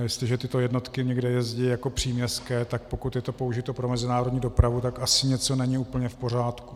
A jestliže tyto jednotky někde jezdí jako příměstské, tak pokud je to použito pro mezinárodní dopravu, tak asi něco není úplně v pořádku.